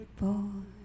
boy